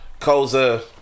Koza